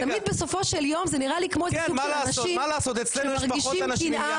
תמיד בסופו של יום זה נראה לי כמו איזה סוג של אנשים שמרגישים קנאה.